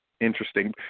Interesting